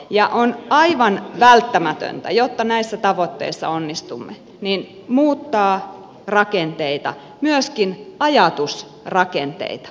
ja on aivan välttämätöntä jotta näissä tavoitteissa onnistumme muuttaa rakenteita myöskin ajatusrakenteita